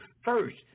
first